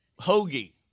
hoagie